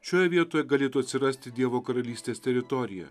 šioje vietoje galėtų atsirasti dievo karalystės teritorija